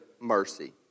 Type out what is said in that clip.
mercy